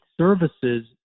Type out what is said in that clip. services